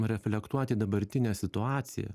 reflektuoti dabartinę situaciją